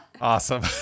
Awesome